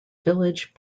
village